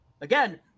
Again